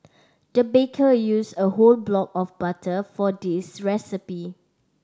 the baker used a whole block of butter for this recipe